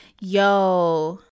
yo